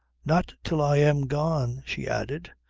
not till i am gone, she added,